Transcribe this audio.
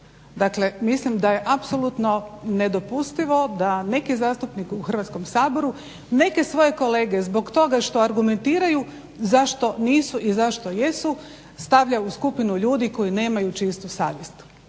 Dakle, mislim da je apsolutno nedopustivo da neki zastupnik u Hrvatskom saboru neke svoje kolege zbog toga što argumentiraju zašto nisu i zašto jesu stavlja u skupinu ljudi koji nemaju čistu savjest.